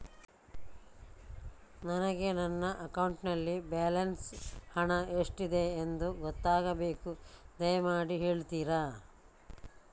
ನನಗೆ ನನ್ನ ಅಕೌಂಟಲ್ಲಿ ಬ್ಯಾಲೆನ್ಸ್ ಹಣ ಎಷ್ಟಿದೆ ಎಂದು ಗೊತ್ತಾಗಬೇಕು, ದಯಮಾಡಿ ಹೇಳ್ತಿರಾ?